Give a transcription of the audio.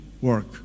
work